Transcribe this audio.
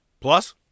Plus